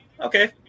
Okay